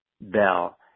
bell